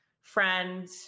friend